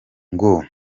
ngo